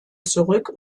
zurück